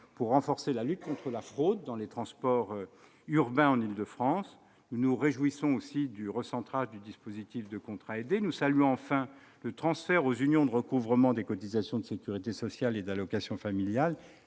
pour renforcer la lutte contre la fraude dans les transports urbains en Île-de-France. Nous nous réjouissons aussi du recentrage du dispositif des contrats aidés. Nous saluons, enfin, le transfert aux unions de recouvrement des cotisations de sécurité sociale et d'allocations familiales,